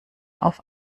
auf